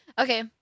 Okay